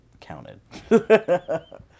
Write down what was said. counted